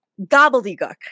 gobbledygook